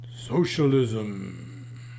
Socialism